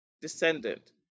descendant